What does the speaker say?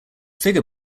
figure